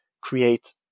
create